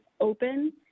open